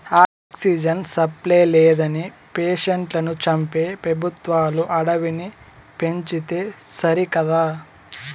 oxygen supply లేదని పేషెంట్లను చంపే పెబుత్వాలు అడవిని పెంచితే సరికదా